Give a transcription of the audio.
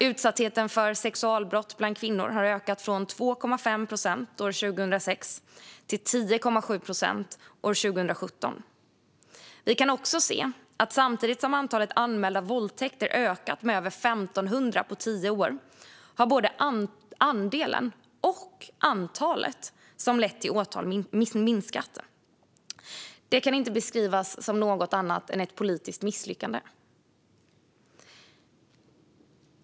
Utsattheten för sexualbrott bland kvinnor har ökat från 2,5 procent år 2006 till 10,7 procent år 2017. Vi kan också se att samtidigt som antalet anmälda våldtäkter ökat med över 1 500 på tio år har både andelen och antalet som lett till åtal minskat. Det kan inte beskrivas som något annat än ett politiskt misslyckande.